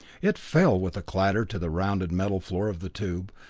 it fell with a clatter to the rounded metal floor of the tube,